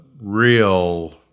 real –